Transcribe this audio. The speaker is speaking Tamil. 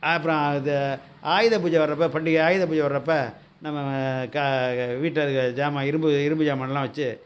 அப்புறம் அது ஆயுத பூஜை வர்றப்போ பண்டிகை ஆயுத பூஜை வர்றப்போ நம்ம க வீட்டில் இருக்க சாமான் இரும்பு இரும்பு சாமான்லாம் வச்சு